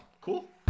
Cool